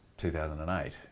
2008